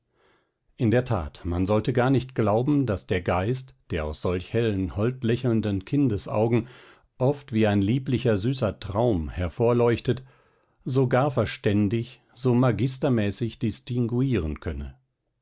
in der tat man sollte gar nicht glauben daß der geist der aus solch hellen holdlächelnden kindesaugen oft wie ein lieblicher süßer traum hervorleuchtet so gar verständig so magistermäßig distinguieren könne